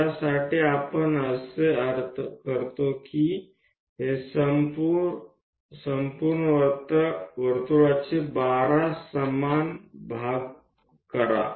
त्यासाठी आपण असे करतो की हे संपूर्ण वर्तुळ 12 समान भाग करा